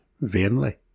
Vainly